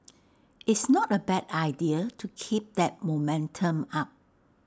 it's not A bad idea to keep that momentum up